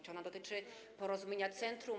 Czy ona dotyczy Porozumienia Centrum?